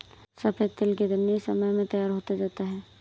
सफेद तिल कितनी समय में तैयार होता जाता है?